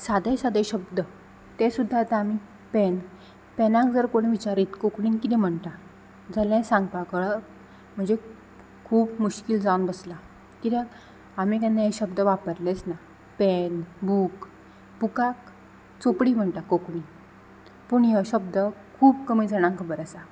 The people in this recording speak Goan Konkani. सादे सादे शब्द ते सुद्दां आतां आमी पेन पेनाक जर कोण विचारीत कोंकणीन कितें म्हणटा जाल्या सांगपा कळप म्हणजे खूब मुश्कील जावन बसलां कित्याक आमी केन्ना हे शब्द वापरलेंच ना पेन बूक बुकाक चोपडी म्हणटा कोंकणीन पूण हे शब्द खूब कमी जाणांक खबर आसा